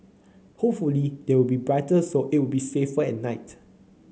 hopefully they will be brighter so it'll be safer at night